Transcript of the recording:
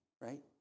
right